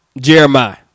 jeremiah